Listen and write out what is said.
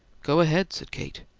go ahead, said kate.